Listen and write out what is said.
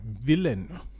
Villain